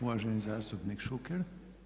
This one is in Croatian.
Uvaženi zastupnik Šuker.